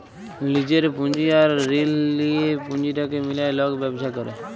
লিজের পুঁজি আর ঋল লিঁয়ে পুঁজিটাকে মিলায় লক ব্যবছা ক্যরে